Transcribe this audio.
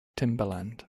timbaland